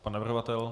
Pan navrhovatel?